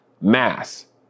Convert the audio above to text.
mass